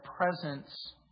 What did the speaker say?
presence